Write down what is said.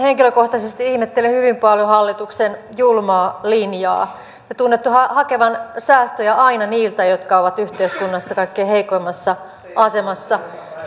henkilökohtaisesti ihmettelen hyvin paljon hallituksen julmaa linjaa te tunnutte hakevan säästöjä aina niiltä jotka ovat yhteiskunnassa kaikkein heikoimmassa asemassa